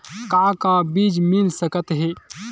का का बीज मिल सकत हे?